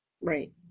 Right